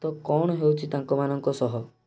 ତ କ'ଣ ହେଉଛି ତାଙ୍କ ମାନଙ୍କ ସହ